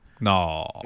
No